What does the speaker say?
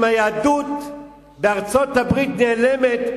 אם היהדות בארצות-הברית נעלמת,